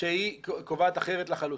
שהיא קובעת אחרת לחלוטין?